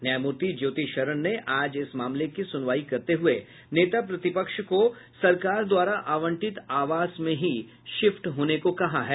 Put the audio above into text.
न्यायमूर्ति ज्योति शरण ने आज इस मामले की सुनवाई करते हुए नेता प्रतिपक्ष को सरकार द्वारा आवंटित आवास में ही शिफ्ट होने को कहा है